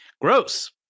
gross